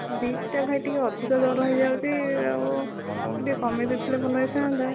ବିଟ୍ଟା ଭାଇ ଟିକିଏ ଅଧିକ ଦର ହୋଇଯାଉଛି ଆଉ ଟିକିଏ କମାଇ ଦେଇଥିଲେ ଭଲ ହୋଇଥାନ୍ତା